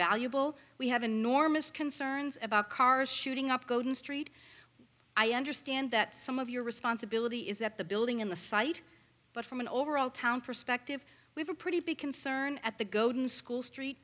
valuable we have enormous concerns about cars shooting up golden street i understand that some of your responsibility is at the building in the site but from an overall town perspective we have a pretty big concern at the golden school street